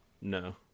no